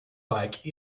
like